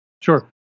Sure